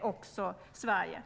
också Sverige.